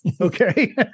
Okay